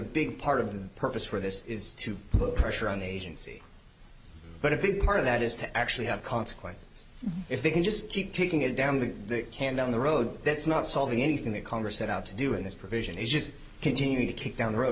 big part of the purpose for this is to put pressure on the agency but a big part of that is to actually have consequence if they can just keep kicking it down the can down the road that's not solving anything that congress set out to do with this provision is just continue to kick down the road